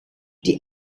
die